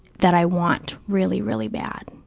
that i want really, really bad,